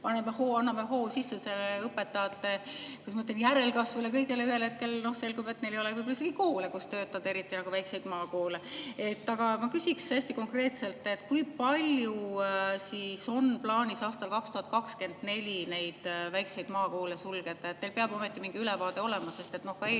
anname hoo sisse sellele õpetajate, kuidas ma ütlen, järelkasvule, kõigele, aga ühel hetkel selgub, et neil ei ole võib-olla isegi koole, kus töötada, eriti just väikseid maakoole. Aga ma küsin hästi konkreetselt: kui palju on plaanis aastal 2024 neid väikseid maakoole sulgeda? Teil peab ometi mingi ülevaade olema, sest ka